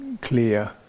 clear